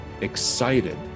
excited